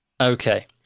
okay